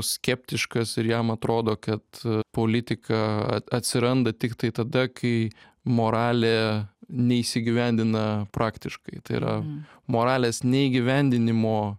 skeptiškas ir jam atrodo kad politika at atsiranda tiktai tada kai moralė neįsigyvendina praktiškai tai yra moralės neįgyvendinimo